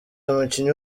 umukinnyi